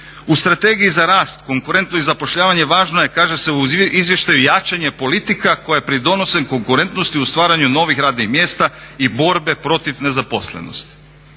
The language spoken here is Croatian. U Strategiji za rast konkurentnost i zapošljavanje važno je kaže se u izvještaju jačanje politika koje pridonose konkurentnosti u stvaranju novih radnih mjesta i borbe protiv nezaposlenosti.